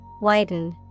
Widen